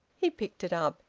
he picked it up.